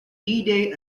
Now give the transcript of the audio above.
day